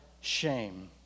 shame